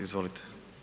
Izvolite.